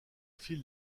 fil